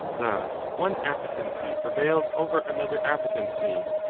thus one appetency prevails over another appetency,